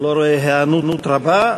לא רואה היענות רבה,